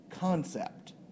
Concept